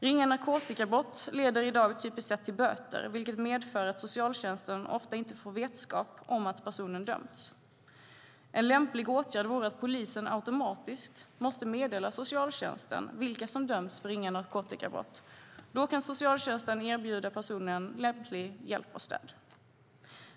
Ringa narkotikabrott leder i dag typiskt sett till böter, vilket medför att socialtjänsten ofta inte får vetskap om att personen dömts. En lämplig åtgärd vore att polisen automatiskt måste meddela socialtjänsten vilka som dömts för ringa narkotikabrott. Då kan socialtjänsten erbjuda personen lämplig hjälp och stöd.